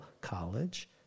College